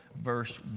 verse